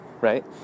right